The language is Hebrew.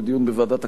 לדיון בוועדת הכספים.